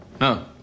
No